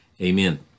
amen